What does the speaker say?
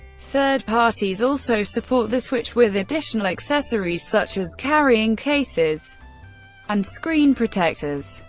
third parties also support the switch with additional accessories, such as carrying cases and screen protectors.